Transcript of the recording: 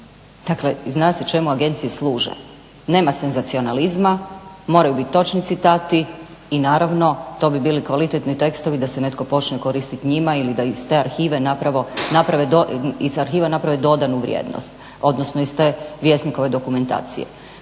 dakle, zna se čemu agencije služe. Nema senzacionalizma, moraju bit točni citati i naravno to bi bili kvalitetni tekstovi da se netko počne koristiti njima ili da iz te arhive naprave dodanu vrijednost, odnosno iz te vjesnikove dokumentacije.